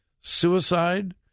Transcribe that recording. Suicide